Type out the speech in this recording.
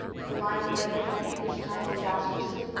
would the line break again this time disastrously?